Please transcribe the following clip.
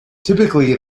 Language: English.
typically